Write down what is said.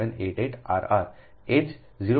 7788 rr એ જ 0